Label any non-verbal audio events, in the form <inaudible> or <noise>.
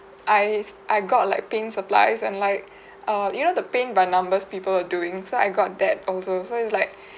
I s~ I got like pin supplies and like <breath> err you know the paint by numbers people are doing so I got that also so it's like <breath>